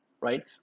Right